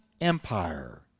Empire